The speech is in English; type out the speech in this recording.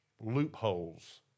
loopholes